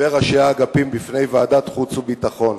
וראשי האגפים בפני ועדת החוץ והביטחון.